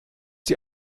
die